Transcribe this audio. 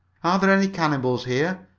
are there any cannibals here?